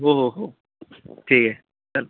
हो हो हो ठीक आहे चल